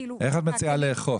איך את מציעה לאכוף?